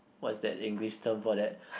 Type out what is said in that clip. what that English term for that